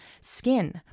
skin